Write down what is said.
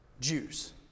Jews